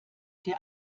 der